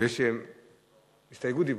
רשות דיבור,